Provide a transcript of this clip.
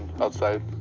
outside